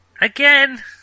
Again